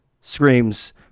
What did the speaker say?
screams